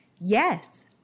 yes